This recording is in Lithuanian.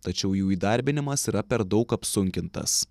tačiau jų įdarbinimas yra per daug apsunkintas